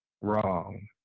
wrong